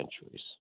centuries